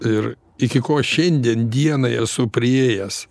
ir iki ko šiandien dienai esu priėjęs